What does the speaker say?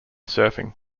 surfing